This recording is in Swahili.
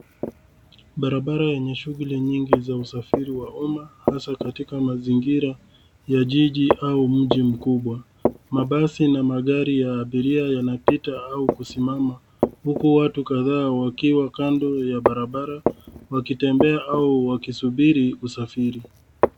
Barabara yenye shughuli nyingi za usafiri wa umma hasa katika mazingira ya jiji au mji mkubwa. Mabasi na magari ya abiria yanapita au kusimama, huku watu kadhaa wakiwa kando ya barabara wakitembea au wakisubiri usafiri.